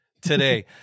today